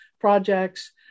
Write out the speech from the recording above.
projects